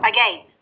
Again